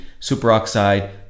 superoxide